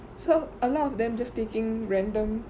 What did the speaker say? so a lot of them just taking random